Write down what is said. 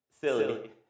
silly